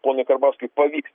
ponui karbauskiui pavyks